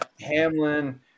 Hamlin